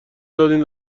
دادین